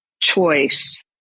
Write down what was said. choice